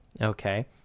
Okay